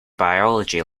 biology